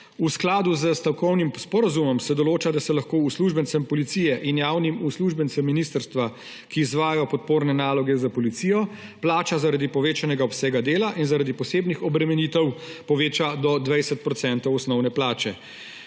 V skladu s strokovnim sporazumom se določa, da se lahko uslužbencem policije in javnim uslužbencem ministrstva, ki izvajajo podporne naloge za policijo, plača zaradi povečanega obsega dela in zaradi posebnih obremenitev poveča do 20 % osnovne plače.